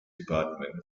department